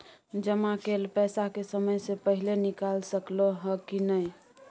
जमा कैल पैसा के समय से पहिले निकाल सकलौं ह की नय?